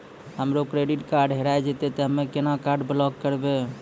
हमरो credit card हेरा जेतै ते हम्मय केना कार्ड ब्लॉक करबै?